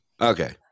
Okay